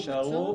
ההקצאות יישארו.